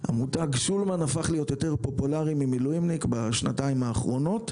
המותג שולמן הפך להיות יותר פופולארי ממילואימניק בשנתיים האחרונות.